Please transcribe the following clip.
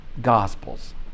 Gospels